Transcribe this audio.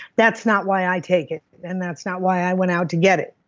that's not why i take it, and that's not why i went out to get it.